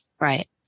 Right